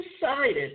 decided